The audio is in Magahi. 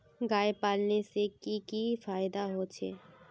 गाय पालने से की की फायदा होचे?